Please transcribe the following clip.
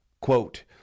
quote